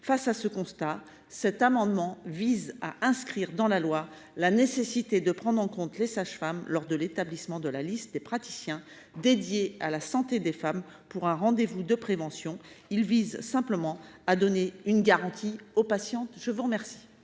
Face à ce constat, le présent amendement vise à inscrire dans la loi la nécessité de prendre en compte les sages femmes lors de l’établissement de la liste des praticiens dédiés à la santé des femmes pour un rendez vous de prévention. Il s’agit simplement d’offrir aux patientes une garantie